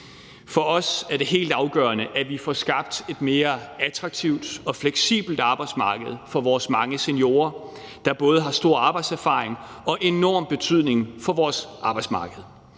For os er det helt afgørende, at vi får skabt et mere attraktivt og fleksibelt arbejdsmarked for vores mange seniorer, der både har stor arbejdserfaring og enorm betydning for vores arbejdsmarked.